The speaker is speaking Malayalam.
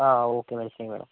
ആ ഓക്കെ മനസ്സിലായി മാഡം